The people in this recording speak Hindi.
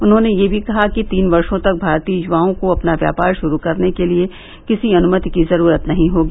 उन्होंने यह भी कहा कि तीन वर्षो तक भारतीय युवाओं को अपना व्यापार शुरू करने के लिए किसी अनुमति की जरूरत नहीं होगी